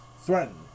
threatened